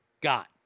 got